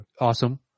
awesome